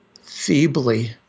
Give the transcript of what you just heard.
feebly